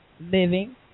living